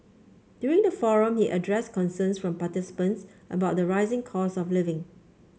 during the forum he addressed concerns from participants about the rising cost of living